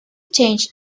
changed